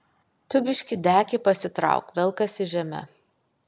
tu biškį dekį pasitrauk velkasi žeme